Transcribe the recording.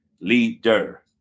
leader